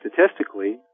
statistically